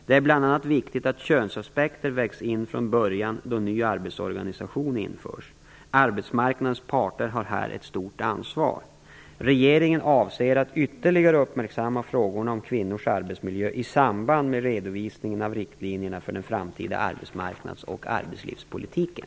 Det är bl.a. viktigt att könsaspekter vägs in från början då ny arbetsorganisation införs. Arbetsmarknadens parter har här ett stort ansvar. Regeringen avser att ytterligare uppmärksamma frågorna om kvinnors arbetsmiljö i samband med redovisningen av riktlinjerna för den framtida arbetsmarknads och arbetslivspolitiken.